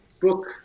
Book